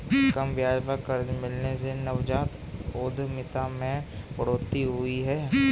कम ब्याज पर कर्ज मिलने से नवजात उधमिता में बढ़ोतरी हुई है